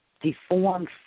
deformed